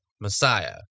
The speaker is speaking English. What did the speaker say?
Messiah